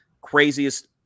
craziest